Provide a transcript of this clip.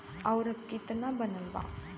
और अब कितना बनल बा?